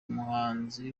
muhanzi